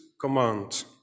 command